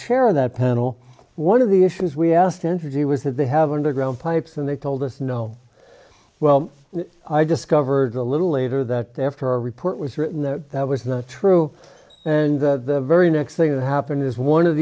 chair of that panel one of the issues we asked entergy was that they have underground pipes and they told us no well i discovered a little later that day after a report was written that that was not true and that the very next thing that happened is one of